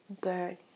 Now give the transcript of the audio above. burn